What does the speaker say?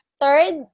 Third